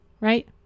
Right